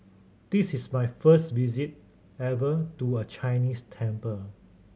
this is my first visit ever to a Chinese temple